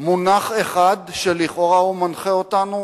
מונח אחד שלכאורה הוא מנחה אותנו,